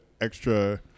extra